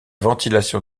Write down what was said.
ventilation